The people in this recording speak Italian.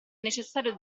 necessario